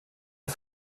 est